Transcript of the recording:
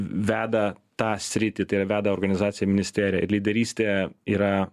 veda tą sritį tai yra veda organizaciją ministeriją lyderystė yra